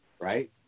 Right